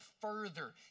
further